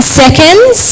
seconds